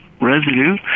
residue